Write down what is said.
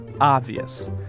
obvious